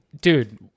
dude